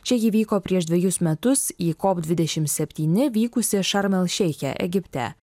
čia ji vyko prieš dvejus metus į kop dvidešim septyni vykusį šarm el šeiche egipte